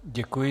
Děkuji.